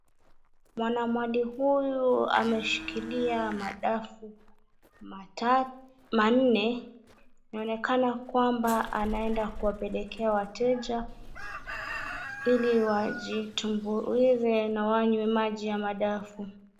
Mwanamwali huyu ameshikilia madafu manne. Inaonekana kwamba anaenda kuwapelekea wateja, ili wajitumbuize na wanywe maji ya madafu